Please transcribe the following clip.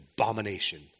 abomination